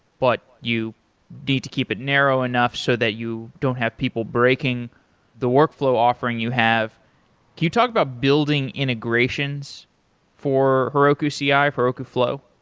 but you need to keep it narrow enough so that you don't have people breaking the workflow offering you have. can you talk about building integrations for heroku ci, ah heroku flow?